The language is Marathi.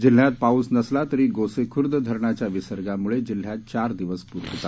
जिल्ह्यात पाऊस नसला तरी गोसेख्र्द धरणाच्या विसर्गाम्ळे जिल्ह्यात चार दिवस प्र होता